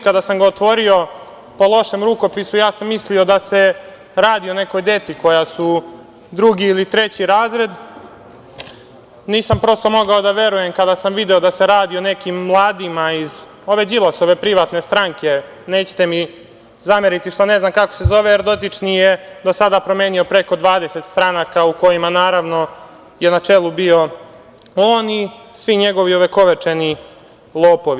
Kada sam ga otvorio, po lošem rukopisu sam mislio da se radi o nekoj deci koja su drugi ili treći razred, prosto nisam mogao da verujem kada sam video da se radi o nekim mladima iz ove Đilasove privatne stranke, nećete mi zameriti što ne znam kako se zove, jer dotični je do sada promenio preko 20 stranaka u kojima je, naravno, na čelu bio on i svi njegovi ovekovečeni lopovi.